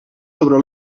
sobre